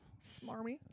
Smarmy